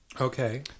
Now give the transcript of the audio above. Okay